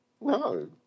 No